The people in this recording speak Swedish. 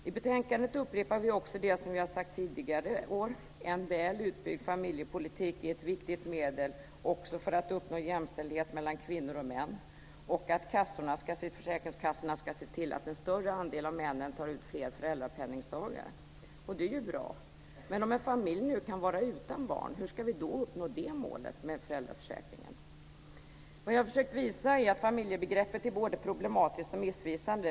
I betänkandet upprepar vi också det som vi sagt tidigare år: En väl utbyggd familjepolitik är ett viktigt medel också för att uppnå jämställdhet mellan kvinnor och män, och försäkringskassorna ska se till att en större andel av männen tar ut fler föräldrapenningdagar. Det är ju bra, men hur ska vi uppnå det målet med föräldraförsäkringen om en familj nu kan vara utan barn? Vad jag har försökt visa är att familjebegreppet både är problematiskt och missvisande.